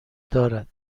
دارد